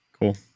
cool